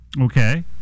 Okay